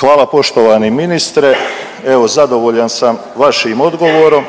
Hvala poštovani ministre. Evo zadovoljan sam vašim odgovorom